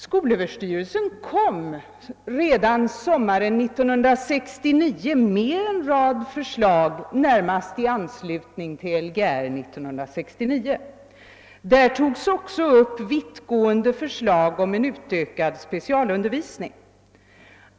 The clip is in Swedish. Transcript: Skolöverstyrelsen kom redan sommaren 1969 med en rad förslag, närmast i anslutning till Lgr 1969. Där togs också upp vittgående förslag om en utökad specialundervisning.